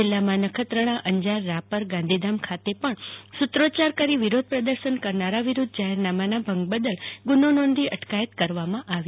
જીલ્લામાં નખત્રાણા અંજાર રાપર ગાંધીધામ ખાતે પણ સુત્રોચ્ચાર કરી વિરોધ પ્રદર્શન કરનારા વિરૂધ્ધ જાહેરનામાના ભંગ બદલ ગુનો નોંધી અટકાયત કરવામાં આવી હતી